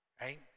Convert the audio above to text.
right